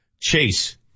Chase